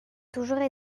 toujours